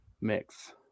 mix